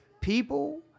people